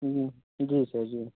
जी जी सर जी